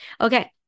Okay